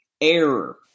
Error